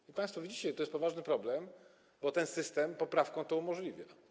I państwo widzicie, to jest poważny problem, bo ten system poprawką to umożliwia.